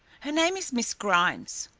her name is miss grimes.